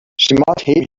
she